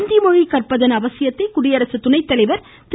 ஹிந்தி மொழி கற்பதன் அவசியத்தை குடியரசுத் துணை தலைவர் திரு